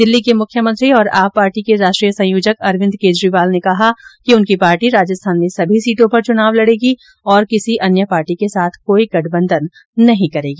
दिल्ली के मुख्यमंत्री और आप पार्टी के राष्ट्रीय संयोजक अरविंद केजरीवाल ने कहा है कि उनकी पार्टी राजस्थान में सभी सीटों पर चुनाव लडेगी और किसी अन्य पार्टी के साथ कोई गठबंधन नहीं करेगी